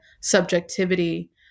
subjectivity